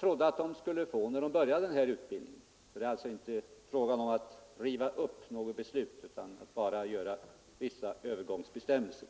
trodde att de skulle få när de började sin utbildning. Det är alltså inte fråga om att riva upp något beslut utan om att införa vissa övergångsbestämmelser.